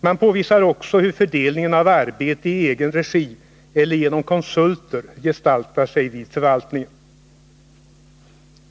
Man påvisar också hur fördelningen av arbete i egen regi eller genom konsulter gestaltar sig vid förvaltningen.